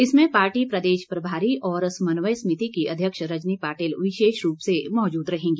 इसमें पार्टी प्रदेश प्रभारी और समन्वय समिति की अध्यक्ष रजनी पाटिल विशेष रूप से मौजूद रहेंगी